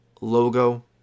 logo